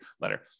letter